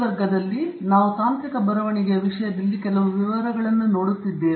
ಈ ವರ್ಗದಲ್ಲಿ ನಾವು ತಾಂತ್ರಿಕ ಬರವಣಿಗೆಯಲ್ಲಿ ಈ ವಿಷಯದಲ್ಲಿ ಕೆಲವು ವಿವರಗಳನ್ನು ನೋಡುತ್ತಿದ್ದೇವೆ